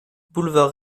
boulevard